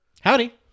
Howdy